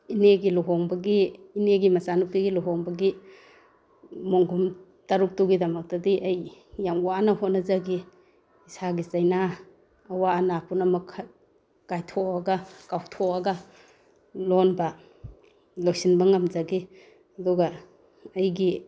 ꯏꯅꯦꯒꯤ ꯂꯨꯍꯣꯡꯕꯒꯤ ꯏꯅꯦꯒꯤ ꯃꯆꯥꯅꯨꯄꯤꯒꯤ ꯂꯨꯍꯣꯡꯕꯒꯤ ꯃꯣꯟꯈꯨꯝ ꯇꯔꯨꯛꯇꯨꯒꯤ ꯗꯃꯛꯇꯗꯤ ꯑꯩ ꯌꯥꯝ ꯋꯥꯅ ꯍꯣꯠꯅꯖꯈꯤ ꯏꯁꯥꯒꯤ ꯆꯩꯅꯥ ꯑꯋꯥ ꯑꯅꯥ ꯄꯨꯝꯅꯃꯛ ꯀꯥꯏꯊꯣꯛꯑꯒ ꯀꯥꯎꯊꯣꯛꯒ ꯂꯣꯟꯕ ꯂꯣꯏꯁꯤꯅꯕ ꯉꯝꯖꯈꯤ ꯑꯗꯨꯒ ꯑꯩꯒꯤ